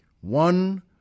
one